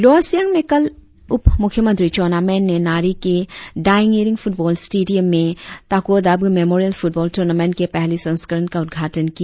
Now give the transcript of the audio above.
lower Siang में कल उप मुख्यमंत्री चाउना मैन ने नारी के दायिंग ईरिंग फुटबॉल स्टेडियम में Tako Dabi memorial football tournament के पहली संस्करण का उद्घाटन किया